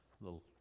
little